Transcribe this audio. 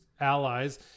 allies